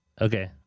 Okay